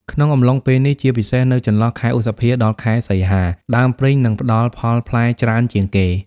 ក្នុងអំឡុងពេលនេះ ជាពិសេសនៅចន្លោះ ខែឧសភា ដល់ខែសីហា ដើមព្រីងនឹងផ្ដល់ផលផ្លែច្រើនជាងគេ។